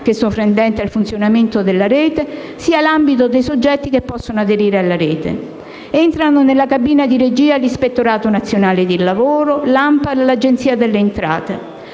che sovrintende al funzionamento della Rete, sia l'ambito dei soggetti che possono aderire alla Rete. Entrano nella cabina di regia l'Ispettorato nazionale del lavoro, l'ANPAL, l'Agenzia delle entrate.